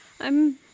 I'm-